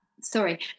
Sorry